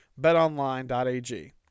BetOnline.ag